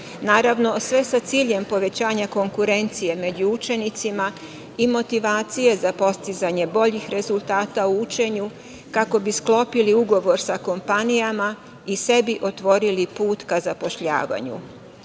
Naravno, sve sa ciljem povećanja konkurencije među učenicima i motivacije za postizanje boljih rezultata u učenju, kako bi sklopili ugovor sa kompanijama i sebi otvorili put ka zapošljavanju. Na